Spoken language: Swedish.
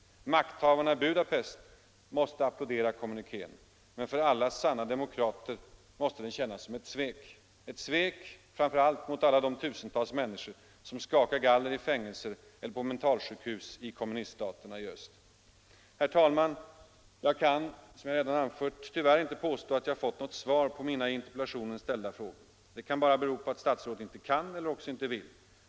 Makthavarna i Budapest måste applådera kommunikén, men för alla sanna demokrater känns den som ett svek. Ett svek framför allt mot alla de tusentals människor som skakar galler i fängelser eller på mentalsjukhus i kommuniststaterna i öst. Herr talman! Jag kan tyvärr inte påstå att jag fått något svar på mina i interpellationen ställda frågor. Det kan bara bero på att statsrådet inte kan eller också inte vill.